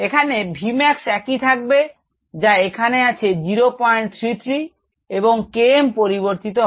এখানে V max একই থাকবে যা এখানে আছে 033 এবং K m পরিবর্তিত হয়